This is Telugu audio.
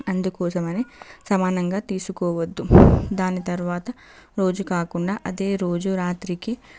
అందుకోసమని సమానంగా తీసుకోవద్దు దాని తర్వాత రోజు కాకుండా అదే రోజు రాత్రికి